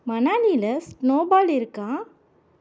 மனாலில snowball இருக்கா